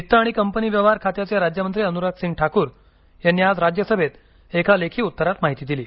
वित्त आणि कंपनी व्यवहार खात्याचे राज्यमंत्री अनुराग सिंग ठाकूर यांनी आज राज्यसभेत एका लेखी उत्तरात ही माहिती दिली